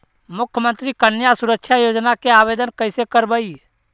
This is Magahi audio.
मुख्यमंत्री कन्या सुरक्षा योजना के आवेदन कैसे करबइ?